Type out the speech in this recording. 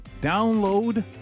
Download